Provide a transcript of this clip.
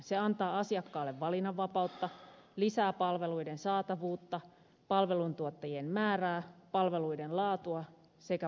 se antaa asiakkaalle valinnanvapautta ja lisää palveluiden saatavuutta palvelun tuottajien määrää palveluiden laatua sekä monipuolisuutta